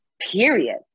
Period